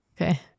Okay